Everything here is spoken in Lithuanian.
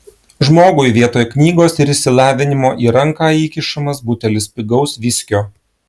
žmogui vietoj knygos ir išsilavinimo į ranką įkišamas butelis pigaus viskio